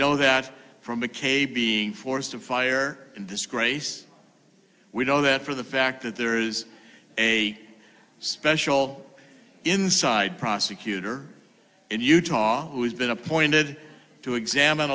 know that from mckay being forced to fire this grace we know that for the fact that there is a special inside prosecutor in utah who's been appointed to examine